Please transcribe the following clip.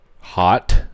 Hot